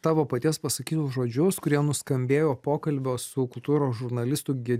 tavo paties pasakytus žodžius kurie nuskambėjo pokalbio su kultūros žurnalistu ge